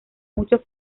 mucho